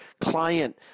client